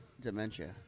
dementia